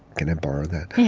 can i borrow that?